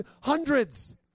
hundreds